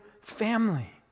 family